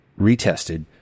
retested